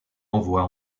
envoie